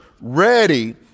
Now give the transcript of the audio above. ready